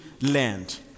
land